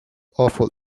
awful